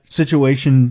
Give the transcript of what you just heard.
situation